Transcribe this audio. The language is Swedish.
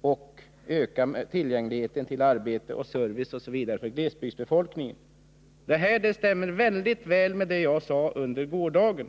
och öka tillgängligheten till arbete, service osv. för glesbygdsbefolkningen. Det här stämmer väldigt väl med det jag sade under gårdagen.